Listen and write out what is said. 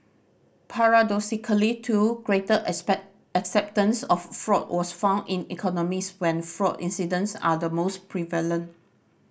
paradoxically too greater acceptance of fraud was found in economies when fraud incidents are the most prevalent